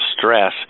stress